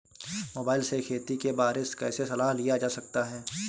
Mobile से खेती के बारे कैसे सलाह लिया जा सकता है?